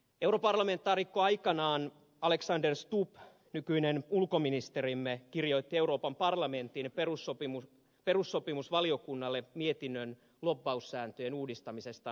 europarlamentaarikkoaikanaan alexander stubb nykyinen ulkoministerimme kirjoitti euroopan parlamentin perussopimusvaliokunnalle mietinnön lobbaussääntöjen uudistamisesta eussa